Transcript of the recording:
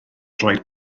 droed